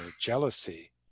jealousy